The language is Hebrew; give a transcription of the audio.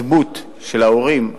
הדמות של ההורים,